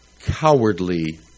cowardly